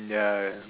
ya